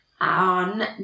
on